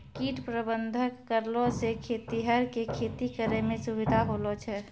कीट प्रबंधक करलो से खेतीहर के खेती करै मे सुविधा होलो छै